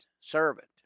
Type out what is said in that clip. servant